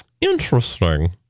interesting